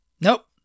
Nope